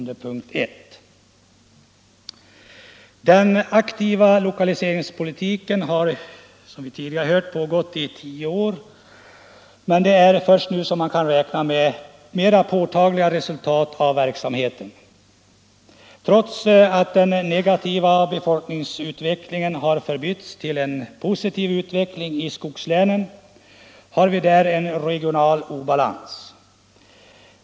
Den aktiva lokaliseringspolitiken har, som vi tidigare hört, pågått i tio år, men det är först nu som man kan räkna med mera påtagliga resultat av verksamheten. Trots att den negativa befolkningsutvecklingen har förbytts i en positiv utveckling i skogslänen, har vi där en regional obalans.